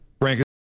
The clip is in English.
Frank